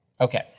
Okay